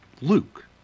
luke